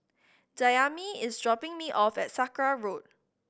Dayami is dropping me off at Sakra Road